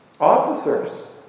Officers